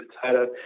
potato